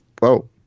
Whoa